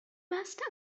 must